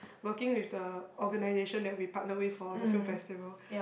working with the organization that we partner with for the few festival